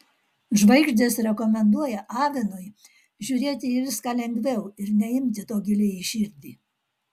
žvaigždės rekomenduoja avinui žiūrėti į viską lengviau ir neimti to giliai į širdį